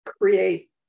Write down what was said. create